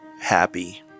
happy